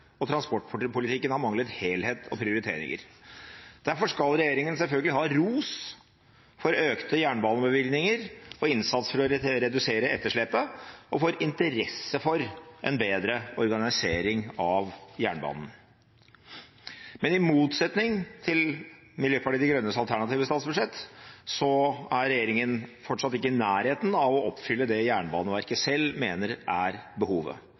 og transportpolitikken har manglet helhet og prioriteringer. Derfor skal regjeringen selvfølgelig ha ros for økte jernbanebevilgninger og innsats for å redusere etterslepet og for interesse for en bedre organisering av jernbanen. Men i motsetning til Miljøpartiet De Grønnes alternative statsbudsjett er regjeringen fortsatt ikke i nærheten av å oppfylle det Jernbaneverket selv mener er behovet.